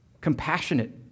compassionate